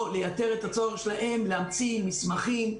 או לייתר את הצורך שלהם להמציא מסמכים,